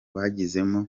babigizemo